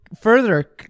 further